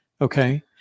Okay